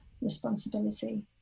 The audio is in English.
responsibility